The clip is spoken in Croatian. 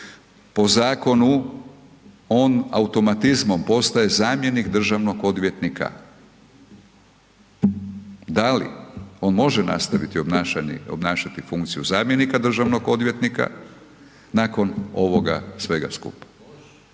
po zakonu on automatizmom postaje zamjenik državnog odvjetnika. Da li on može nastaviti obnašati funkciju zamjenika državnog odvjetnika nakon ovoga svega skupa?